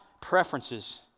preferences